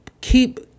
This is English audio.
Keep